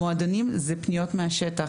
המועדונים זה פניות מהשטח,